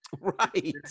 Right